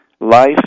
life